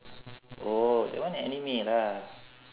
oh that one anime lah